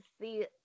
See